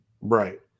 Right